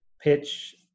pitch